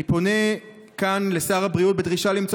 אני פונה כאן לשר הבריאות בדרישה למצוא